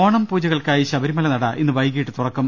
ഓണം പൂജകൾക്കായി ശബരിമലനട ഇന്ന് വൈകിട്ട് തുറക്കും